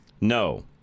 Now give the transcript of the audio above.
no